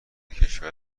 کشور